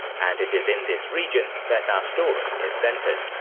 and it is in this region that our story is centered.